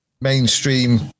mainstream